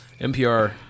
NPR